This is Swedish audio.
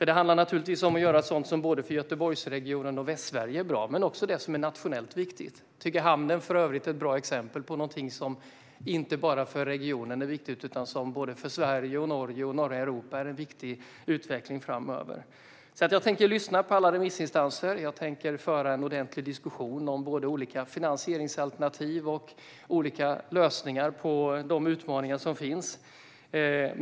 Det handlar naturligtvis om att göra sådant som är bra för Göteborgsregionen och Västsverige, men också det som är nationellt viktigt. Jag tycker för övrigt att hamnen är ett bra exempel på någonting som inte bara är viktigt för regionen, utan som är bra också för Sverige, Norge och norra Europa. Jag tänker lyssna på alla remissinstanser. Jag tänker föra en ordentlig diskussion om olika finansieringsalternativ och olika lösningar på de utmaningar som finns.